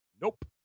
Nope